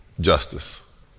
justice